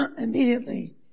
Immediately